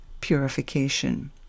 purification